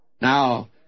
Now